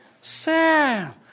Sam